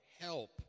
Help